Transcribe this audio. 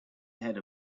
ahead